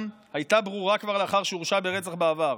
הייתה ברורה כבר לאחר שהורשע ברצח בעבר.